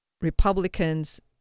Republicans